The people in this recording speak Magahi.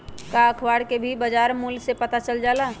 का अखबार से भी बजार मूल्य के पता चल जाला?